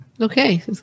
Okay